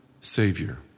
savior